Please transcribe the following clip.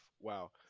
Wow